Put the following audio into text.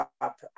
up